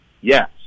Yes